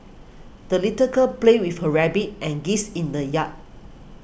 the little girl played with her rabbit and geese in the yard